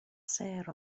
sêr